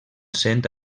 sent